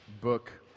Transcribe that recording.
book